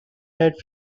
had